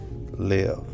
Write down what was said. live